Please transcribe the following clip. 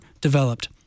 developed